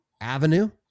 Avenue